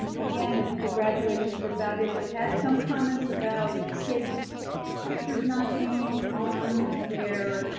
ah again, the the graduations were fabulous. i've had some comments about kid's pictures not being on their